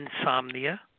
insomnia